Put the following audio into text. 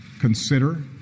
consider